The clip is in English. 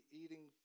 eating